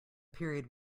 period